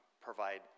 provide